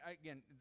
again